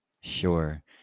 sure